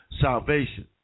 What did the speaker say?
salvation